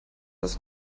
das